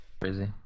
crazy